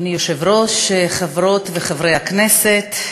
אדוני היושב-ראש, חברות וחברי הכנסת,